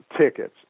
tickets